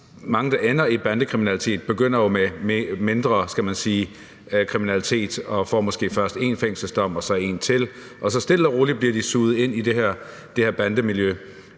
Mange, der ender i bandekriminalitet, begynder jo med mindre kriminalitet og får måske først én fængselsdom og så en til, og så stille og roligt bliver de suget ind i det her bandemiljø.